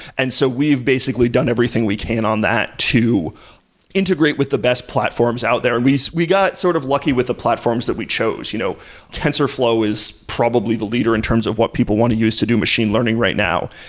and so we've basically done everything we can on that to integrate with the best platforms out there, and we got sort of lucky with the platforms that we chose. you know tensorflow is probably the leader in terms of what people want to use to do machine learning right now,